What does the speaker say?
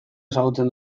ezagutzen